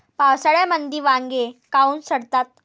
पावसाळ्यामंदी वांगे काऊन सडतात?